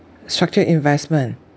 structured investment